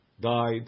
died